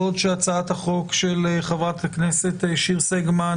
בעוד שהצעת החוק של חברת הכנסת שיר סגמן